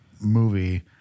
movie